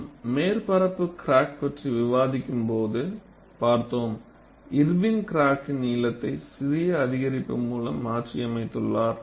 நாம் மேற்பரப்பு கிராக் பற்றி விவாதிக்கும்போது பார்த்தோம் இர்வின் கிராக்கின் நீளத்தை சிறிய அதிகரிப்பு மூலம் மாற்றியமைத்துள்ளார்